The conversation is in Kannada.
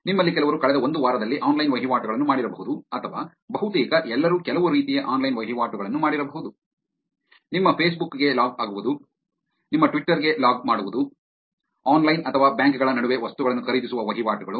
ನಿಮ್ಮಲ್ಲಿ ಕೆಲವರು ಕಳೆದ ಒಂದು ವಾರದಲ್ಲಿ ಆನ್ಲೈನ್ ವಹಿವಾಟುಗಳನ್ನು ಮಾಡಿರಬಹುದು ಅಥವಾ ಬಹುತೇಕ ಎಲ್ಲರೂ ಕೆಲವು ರೀತಿಯ ಆನ್ಲೈನ್ ವಹಿವಾಟುಗಳನ್ನು ಮಾಡಿರಬಹುದು ನಿಮ್ಮ ಫೇಸ್ಬುಕ್ ಗೆ ಲಾಗ್ ಆಗುವುದು ನಿಮ್ಮ ಟ್ವಿಟರ್ ಗೆ ಲಾಗ್ ಮಾಡುವುದು ಆನ್ಲೈನ್ ಅಥವಾ ಬ್ಯಾಂಕ್ ಗಳ ನಡುವೆ ವಸ್ತುಗಳನ್ನು ಖರೀದಿಸುವ ವಹಿವಾಟುಗಳು